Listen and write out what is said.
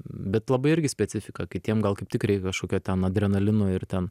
bet labai irgi specifika kitiem gal kaip tik reik kažkokio ten adrenalino ir ten